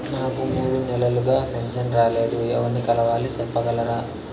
నాకు మూడు నెలలుగా పెన్షన్ రాలేదు ఎవర్ని కలవాలి సెప్పగలరా?